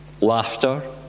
Laughter